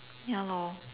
ya lor